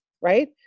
right